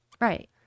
right